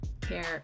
care